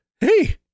hey